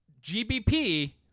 GBP